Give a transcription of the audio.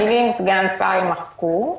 המילים "סגן שר" יימחקו.